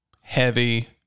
heavy